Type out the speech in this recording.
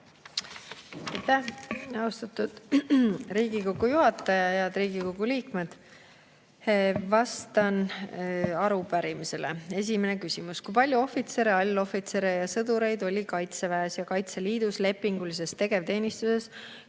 austatud Riigikogu juhataja! Head Riigikogu liikmed! Vastan arupärimisele. Esimene küsimus: "Kui palju ohvitsere, allohvitsere ja sõdureid oli kaitseväes ja Kaitseliidus lepingulises tegevteenistuses